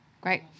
Great